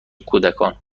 کودکان